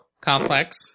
Complex